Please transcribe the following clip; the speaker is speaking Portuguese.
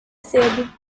cedo